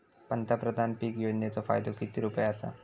पंतप्रधान पीक योजनेचो फायदो किती रुपये आसा?